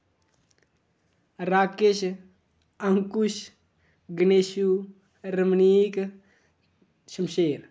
Rakesh Ankush Ganeshu Ramneek Shamsher